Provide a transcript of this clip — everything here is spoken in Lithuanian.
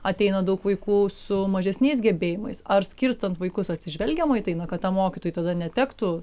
ateina daug vaikų su mažesniais gebėjimais ar skirstant vaikus atsižvelgiama į tai na kad tam mokytojui tada netektų